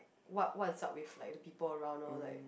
what what is up with like the people around loh like